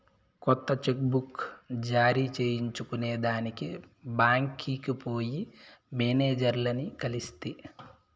కొత్త cheque book జారీ చేయించుకొనేదానికి బాంక్కి పోయి మేనేజర్లని కలిస్తి